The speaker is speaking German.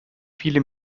viele